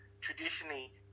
traditionally